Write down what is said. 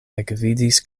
ekvidis